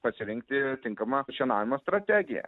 pasirinkti tinkamą šienavimo strategiją